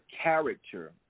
character